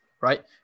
right